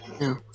No